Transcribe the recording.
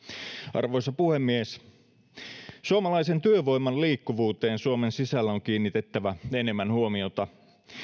arvoisa puhemies suomalaisen työvoiman liikkuvuuteen suomen sisällä on kiinnitettävä enemmän huomiota